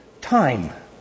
time